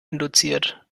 induziert